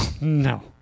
No